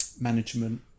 management